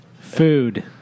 Food